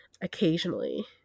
occasionally